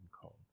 cold